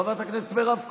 חברת הכנסת מירב כהן,